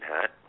hat